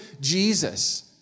Jesus